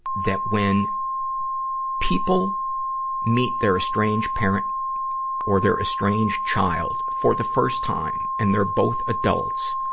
that when people meet their estranged parent or their estranged child for the first time and they're both adults,